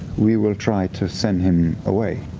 we will try to send him away,